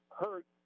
hurt